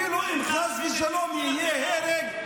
נכון, נכון.